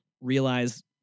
realize